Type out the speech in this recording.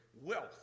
wealth